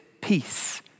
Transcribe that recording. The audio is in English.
Peace